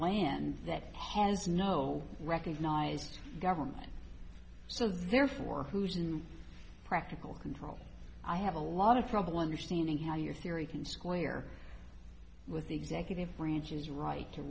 land that has no recognized government so therefore who's in practical control i have a lot of problem you're standing how your theory can square with the executive branch is right to